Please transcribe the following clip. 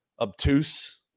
obtuse